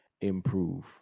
improve